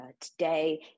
today